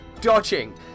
dodging